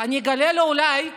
אני אגלה לו, אולי,